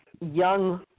young